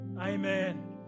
amen